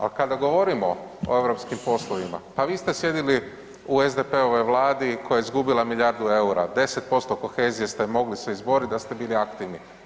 A kada govorimo o europskim poslovima pa vi ste sjedili u SDP-ovoj vladi koja je izgubila milijardu EUR-a, 10% kohezije ste mogli se izboriti da ste bili aktivni.